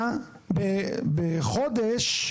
בחודש,